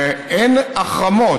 ואין החרמות.